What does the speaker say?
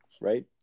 right